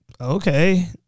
Okay